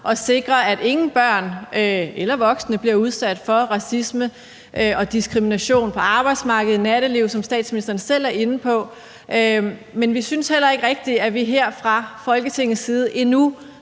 at sikre, at ingen børn eller voksne bliver udsat for racisme og diskrimination på arbejdsmarkedet og i nattelivet, som statsministeren selv er inde på. Men vi synes heller ikke rigtig, at vi her fra Folketingets side endnu